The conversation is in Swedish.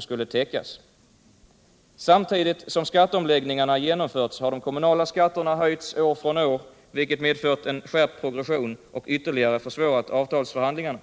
skulle täckas. Samtidigt som skatteomläggningarna genomförts har de kommunala skatterna höjts år från år, vilket medfört en skärpt progression och ytterligare försvårat avtalsförhandlingarna.